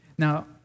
Now